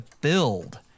build